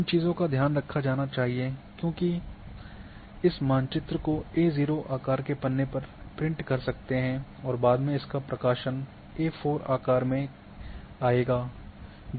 इन चीज़ों का ध्यान रखा जाना चाहिए क्योंकि इस मानचित्र को ए ज़ीरो आकार के पन्ने पर प्रिंट कर सकते हैं और बाद में इसका प्रकाशन ए फोर आकार में आएगा